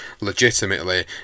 legitimately